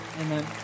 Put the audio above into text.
Amen